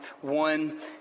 One